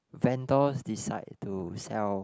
vendors decide to sell